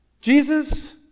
Jesus